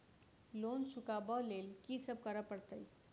Loan चुका ब लैल की सब करऽ पड़तै?